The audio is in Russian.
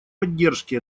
поддержки